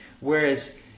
Whereas